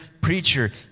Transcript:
preacher